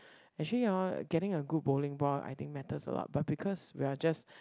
actually hor getting a good bowling ball I think matters a lot but because we are just